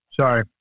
sorry